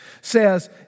says